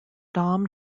dom